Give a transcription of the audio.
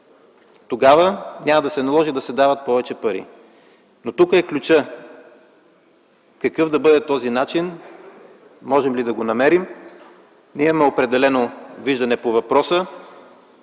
тогава няма да се наложи да се дават повече пари. Но тук е ключът – какъв да бъде този начин? Можем ли да го намерим? Ние имаме определено виждане по въпроса.